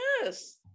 Yes